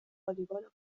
والیبال